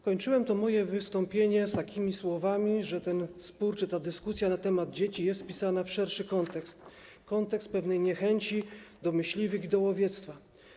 Kończyłem to moje wystąpienie takimi słowami, że spór czy dyskusja na temat dzieci jest wpisana w szerszy kontekst, kontekst pewnej niechęci do myśliwych i do łowiectwa.